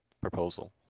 proposal